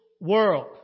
world